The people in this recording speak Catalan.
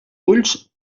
ulls